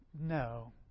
No